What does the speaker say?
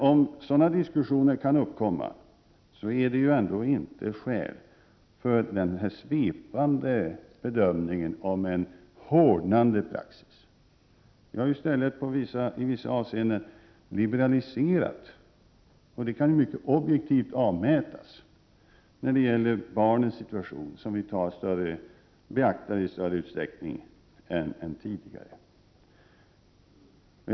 Att sådana diskussioner kan uppkomma utgör ändå inte skäl till den här svepande bedömningen av att det skulle vara fråga om en hårdnande praxis. Det är i stället så att vi i vissa avseenden har liberaliserat gällande praxis. Detta kan objektivt avmätas när det gäller barnens situation som beaktas i större utsträckning än tidigare beaktas.